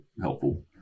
helpful